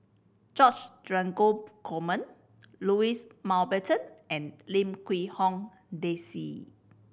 George Dromgold Coleman Louis Mountbatten and Lim Quee Hong Daisy